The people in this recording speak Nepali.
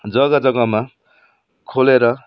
जग्गा जग्गामा खोलेर